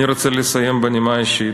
אני רוצה לסיים בנימה אישית.